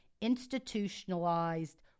institutionalized